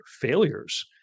failures